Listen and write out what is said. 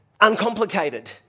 Uncomplicated